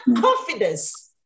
confidence